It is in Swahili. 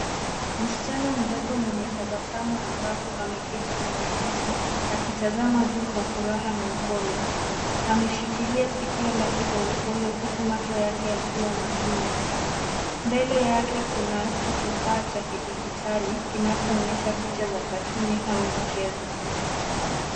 Msichana mdogo mwemye tabasamu angavu ameketi kwenye kiti, akitazama juu kwa furaha na upole. Ameshikilia sikio lake kwa upole huku macho yake yakiwa makini. Mbele yake kunacho kifaa cha kidijitali kinachoonyesha picha katuni au mchezo.